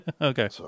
Okay